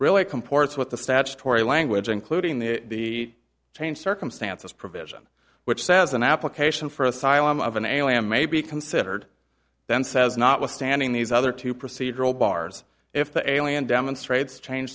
really it comports with the statutory language including the changed circumstances provision which says an application for asylum of an alien may be considered then says notwithstanding these other two procedural bars if the alien demonstrates cha